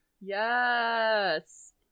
Yes